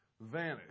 vanish